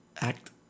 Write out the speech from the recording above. Act